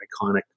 iconic